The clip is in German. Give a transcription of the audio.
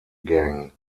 gang